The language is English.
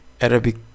Arabic